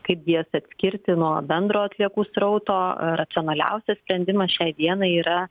kaip jas atskirti nuo bendro atliekų srauto racionaliausias sprendimas šiai dienai yra